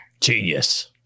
Genius